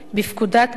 כפי שנתבקשה.